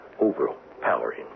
Overpowering